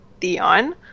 Theon